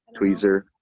tweezer